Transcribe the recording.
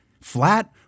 Flat